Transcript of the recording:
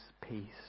peace